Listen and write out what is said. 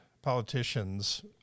politicians